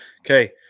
okay